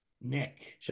Nick